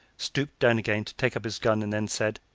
stooped down again to take up his gun, and then said,